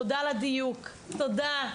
תודה על הדיוק, תודה.